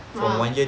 ah